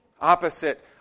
Opposite